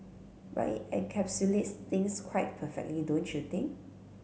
but it encapsulates things quite perfectly don't you think